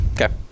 Okay